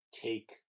take